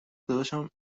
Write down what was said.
داداشم